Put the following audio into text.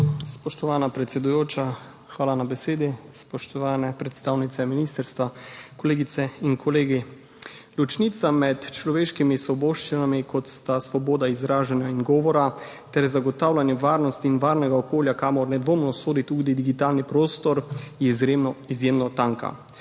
Spoštovana predsedujoča, hvala za besedo. Spoštovane predstavnice ministrstva, kolegice in kolegi! Ločnica med človeškimi svoboščinami, kot sta svoboda izražanja in govora, ter zagotavljanjem varnosti in varnega okolja, kamor nedvomno sodi tudi digitalni prostor, je izjemno tanka,